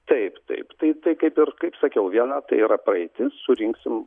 taip taip tai tai kaip ir kaip sakiau viena tai yra praeitis surinksim